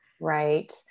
Right